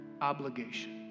obligation